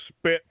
spit